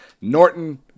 Norton